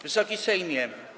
Wysoki Sejmie!